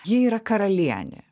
ji yra karalienė